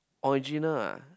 original ah